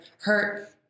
hurt